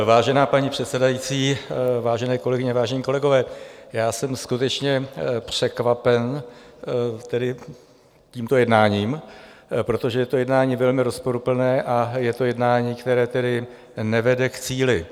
Vážená paní předsedající, vážené kolegyně, vážení kolegové, já jsem skutečně překvapen tímto jednáním, protože je to jednání velmi rozporuplné a je to jednání, které nevede k cíli.